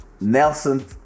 Nelson